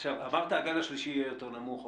עכשיו, אמרת שהגל השלישי היה יותר נמוך.